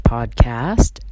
Podcast